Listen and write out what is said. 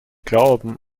glauben